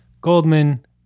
goldman